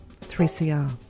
3CR